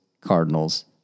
Cardinals